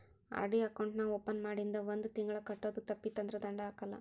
RD account ನಾ open ಮಾಡಿಂದ ಒಂದ್ ತಿಂಗಳ ಕಟ್ಟೋದು ತಪ್ಪಿತಂದ್ರ ದಂಡಾ ಹಾಕಲ್ಲ